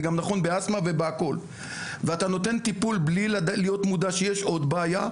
זה גם נכון באסתמה ובהכול ואתה נותן טיפול בלי להיות מודע שיש עוד בעיה,